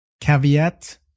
caveat